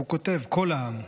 הוא כותב: "כל העם.